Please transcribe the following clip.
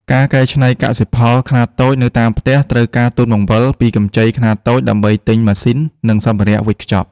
ការកែច្នៃកសិផលខ្នាតតូចនៅតាមផ្ទះ ត្រូវការទុនបង្វិលពីកម្ចីខ្នាតតូចដើម្បីទិញម៉ាស៊ីន និងសម្ភារៈវេចខ្ចប់។